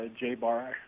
J-Bar